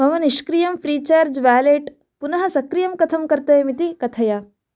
मम निष्क्रियं Freecharge wallet पुनः सक्रियं कथं कर्तव्यमिति कथय